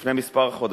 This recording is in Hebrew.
לפני כמה חודשים: